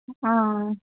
ஆ ஆ